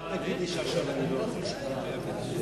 חוק הגנה על עדים (תיקון מס' 3),